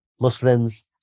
Muslims